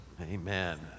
Amen